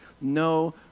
No